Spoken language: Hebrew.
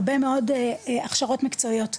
הרבה מאוד הכשרות מקצועיות,